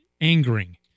angering